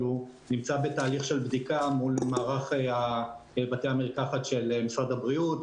אבל הוא נמצא בתהליך של בדיקה מול מערך בתי המרקחת של משרד הבריאות,